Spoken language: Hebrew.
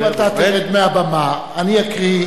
אם אתה תרד מהבמה, אני אקריא.